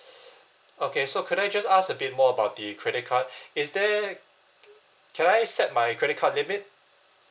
okay so could I just ask a bit more about the credit card is there can I set my credit card limit